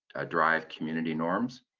drive community norms